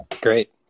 Great